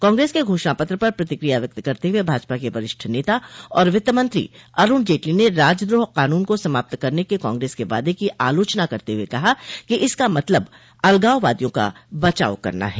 कांग्रेस के घोषणा पत्र पर प्रतिक्रिया व्यक्त करते हुए भाजपा के वरिष्ठ नेता और वित्त मंत्री अरूण जेटली ने राजद्रोह कानून को समाप्त करने के कांग्रेस के वादे की आलोचना करते हुए कहा कि इसका मतलब अलगाववादियों का बचाव करना है